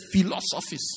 philosophies